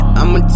I'ma